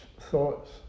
thoughts